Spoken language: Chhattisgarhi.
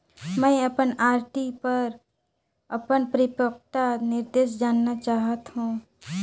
मैं अपन आर.डी पर अपन परिपक्वता निर्देश जानना चाहत हों